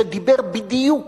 שדיבר בדיוק